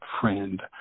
friend